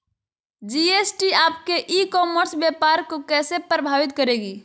GST आपके e commerce व्यापार को कैसे प्रभावित करेगी?